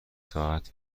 ساعت